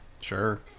Sure